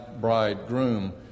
bridegroom